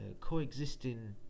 coexisting